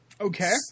Okay